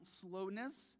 slowness